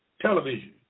television